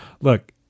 look